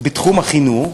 בתחום החינוך,